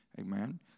amen